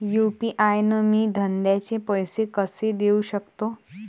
UPI न मी धंद्याचे पैसे कसे देऊ सकतो?